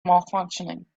malfunctioning